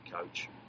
coach